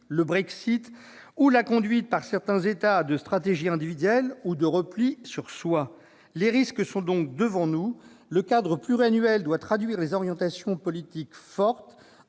le Brexit et la conduite, par certains États, de stratégies individuelles ou de repli sur soi. Les risques sont donc devant nous. Le cadre financier pluriannuel doit traduire des orientations politiques fortes.